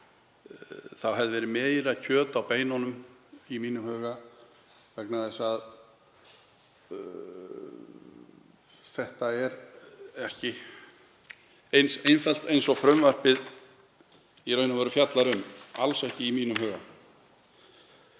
Þá hefði verið meira kjöt á beinunum í mínum huga vegna þess að þetta er ekki eins einfalt og frumvarpið fjallar um, alls ekki í mínum huga.